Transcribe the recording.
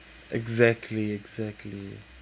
exactly exactly